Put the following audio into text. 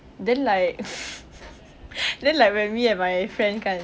then like then like when me and my friend kan